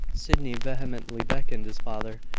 sydney vehemently beckoned his father,